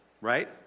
right